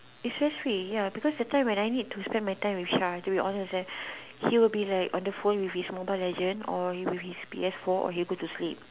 is just sweet because that time when I need to spend my time with Sha to be honest leh he will be like on the phone with his mobile legend or with his P_S four or he will go to sleep